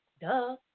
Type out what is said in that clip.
Duh